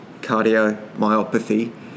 cardiomyopathy